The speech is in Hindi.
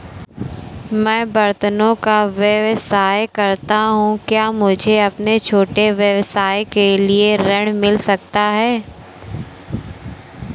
मैं बर्तनों का व्यवसाय करता हूँ क्या मुझे अपने छोटे व्यवसाय के लिए ऋण मिल सकता है?